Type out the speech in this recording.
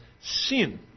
sin